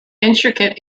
intricate